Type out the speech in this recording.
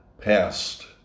past